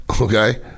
okay